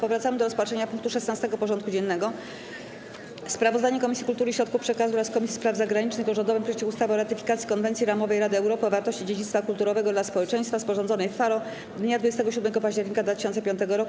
Powracamy do rozpatrzenia punktu 16. porządku dziennego: Sprawozdanie Komisji Kultury i Środków Przekazu oraz Komisji Spraw Zagranicznych o rządowym projekcie ustawy o ratyfikacji Konwencji ramowej Rady Europy o wartości dziedzictwa kulturowego dla społeczeństwa, sporządzonej w Faro dnia 27 października 2005 r.